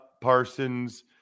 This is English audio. Parsons